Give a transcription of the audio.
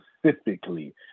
specifically